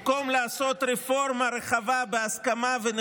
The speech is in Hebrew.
במקום לעשות רפורמה רחבה ונכונה בהסכמה,